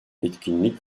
etkinlik